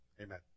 Amen